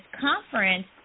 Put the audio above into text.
conference